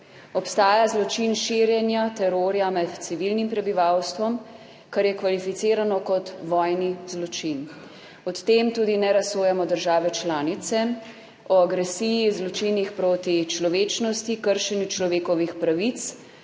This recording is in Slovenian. Obstaja zločin širjenja terorja med civilnim prebivalstvom, kar je kvalificirano kot vojni zločin. O tem tudi ne razsojamo države članice, o agresiji, zločinih proti človečnosti, kršenju človekovih pravic.